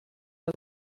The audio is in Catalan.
del